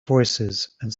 voicesand